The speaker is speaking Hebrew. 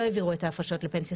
לא העבירו את ההפרשות לפנסיה.